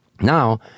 Now